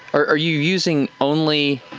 are you using only?